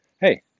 hey